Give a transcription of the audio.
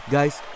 Guys